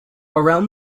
around